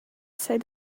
said